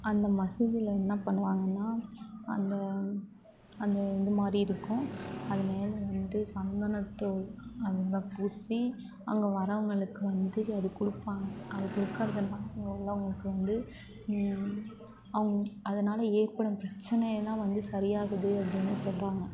அந்த மசூதியில் என்ன பண்ணுவாங்கனால் அந்த அந்த இதுமாதிரி இருக்கும் அது மேல் வந்து சந்தனத்தோ அது நல்லா பூசி அங்கே வரவங்களுக்கு வந்து அது கொடுப்பாங்க அது கொடுக்குறதுனால அங்கே உள்ளவங்களுக்கு வந்து அவங் அதனால் ஏற்படும் பிரச்சனையெல்லாம் வந்து சரியாகுது அப்படின்னு சொல்கிறாங்க